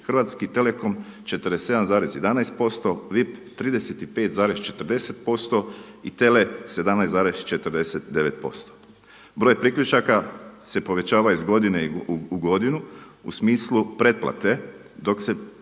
Hrvatski telekom 47,11%, VIP 35,40% i TELE 17,49%. Broj priključaka se povećava iz godine u godinu u smislu pretplate dok se